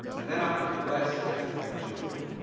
and then i'm blessed to have three children,